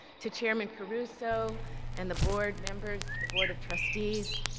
to chairman caruso and the board members, the board of trustees,